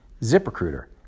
ZipRecruiter